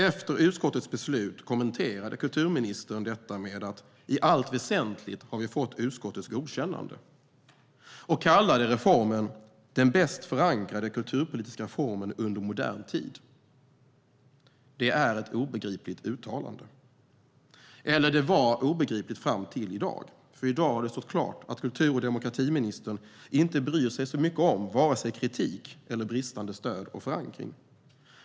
Efter utskottets beslut kommenterade kulturministern med att säga att i allt väsentligt har regeringen fått utskottets godkännande, och hon kallade reformen den bäst förankrade kulturpolitiska reformen under modern tid. Det är ett obegripligt uttalande. Eller - det var obegripligt fram till i dag. I dag har det stått klart att kultur och demokratiministern inte bryr sig så mycket om vare sig kritik eller bristande stöd och förankring.